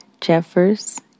Jeffers